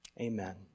Amen